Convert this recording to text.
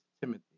Timothy